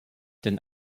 denn